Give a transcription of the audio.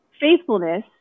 faithfulness